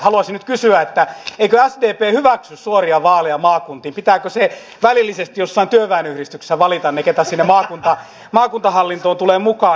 haluaisin nyt kysyä eikö sdp hyväksy suoria vaaleja maakuntiin pitääkö välillisesti jossain työväenyhdistyksessä valita keitä sinne maakuntahallintoon tulee mukaan